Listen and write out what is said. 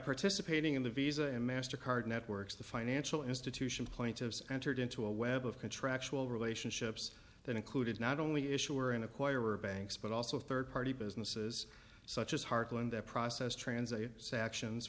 participating in the visa and master card networks the financial institution plaintiffs entered into a web of contractual relationships that included not only issuer an acquirer banks but also third party businesses such as hartland their process transit sections